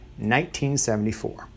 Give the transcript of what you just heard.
1974